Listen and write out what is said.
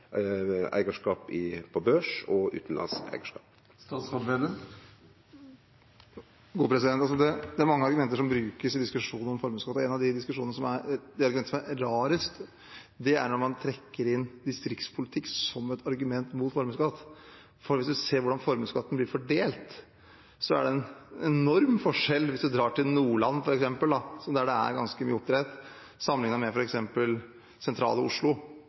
på børs og utanlandsk eigarskap? Det er mange argumenter som brukes i diskusjoner om formuesskatt, og et av de argumentene som er rarest, er når man trekker inn distriktspolitikk som et argument mot formuesskatt. Hvis vi ser på hvordan formuesskatten blir fordelt, er det en enorm forskjell hvis man drar til f.eks. Nordland, der det er ganske mye oppdrett, sammenlignet med f.eks. sentrale Oslo.